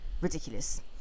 ridiculous